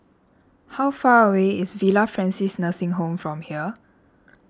how far away is Villa Francis Nursing Home from here